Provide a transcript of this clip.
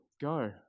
go